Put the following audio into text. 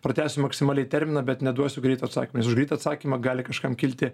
pratęsiu maksimaliai terminą bet neduosiu greito atsakymo nes už greitą atsakymą gali kažkam kilti